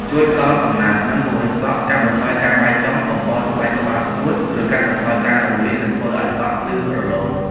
ជួយផ្តល់សំណើម និងពង្រឹងសក់ កាត់បន្ថយការបែកចុង បំប៉នស្បែកក្បាលស្ងួត ជួយកាត់បន្ថយការរលាក និងធ្វើឲ្យសក់ភ្លឺរលោង។